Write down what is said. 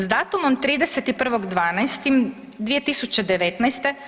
S datumom 31.12.2019.